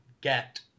get